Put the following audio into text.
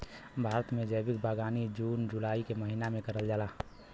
भारत में जैविक बागवानी जून जुलाई के महिना में करल जाला